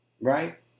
Right